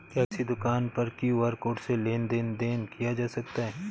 क्या किसी दुकान पर क्यू.आर कोड से लेन देन देन किया जा सकता है?